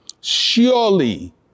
Surely